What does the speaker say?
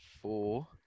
four